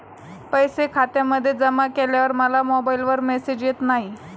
पैसे खात्यामध्ये जमा केल्यावर मला मोबाइलवर मेसेज येत नाही?